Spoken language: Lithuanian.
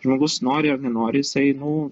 žmogus nori ar nenori jisai nu